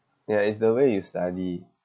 ya is the way you study